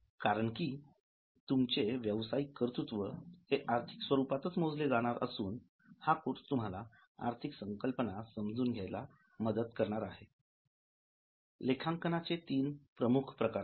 कारण की तुमचे व्यवसायिक कर्तुत्व हे आर्थिक स्वरूपात मोजले जाणार असून हा कोर्स तुम्हाला आर्थिक संकल्पना समजून घ्यायला मदत करणार आहे लेखांकनाचे तीन प्रमुख प्रकार आहेत